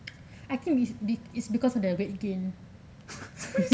I think it's because of weight gain